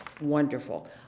wonderful